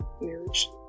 marriage